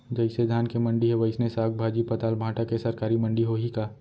जइसे धान के मंडी हे, वइसने साग, भाजी, पताल, भाटा के सरकारी मंडी होही का?